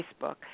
Facebook